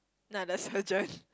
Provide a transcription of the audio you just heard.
not the surgeon